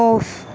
off